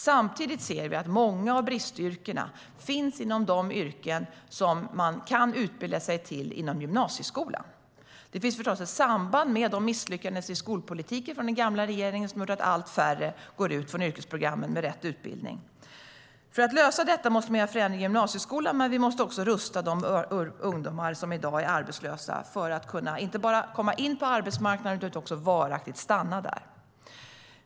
Samtidigt ser vi att det råder brist inom många av de yrken som man kan utbilda sig till inom gymnasieskolan. Det finns förstås ett samband med den gamla regeringens misslyckade skolpolitik som har gjort att allt färre går ut från yrkesprogrammen med rätt utbildning. För att lösa detta måste vi göra förändringar i gymnasieskolan, men vi måste också rusta de ungdomar som i dag är arbetslösa för att inte bara komma in på arbetsmarknaden utan också varaktigt stanna där.